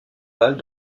balles